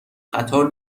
قطار